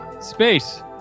space